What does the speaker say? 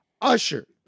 usher